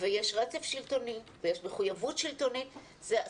ויש רצף שלטוני ויש מחויבות שלטונית.